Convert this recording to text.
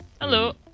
Hello